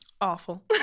Awful